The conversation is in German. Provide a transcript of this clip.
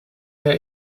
der